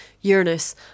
Uranus